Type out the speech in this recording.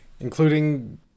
including